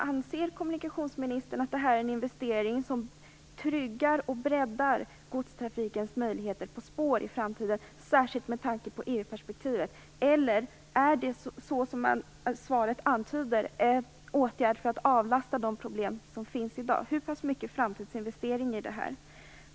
Anser kommunikationsministern att det här är en investering som tryggar och breddar möjligheten till godstrafik på spår i framtiden, särskilt med tanke på EU-perspektivet, eller är det här, som svaret antyder, en åtgärd för att avlasta de problem som finns i dag? Hur pass mycket framtidsinvestering är det här?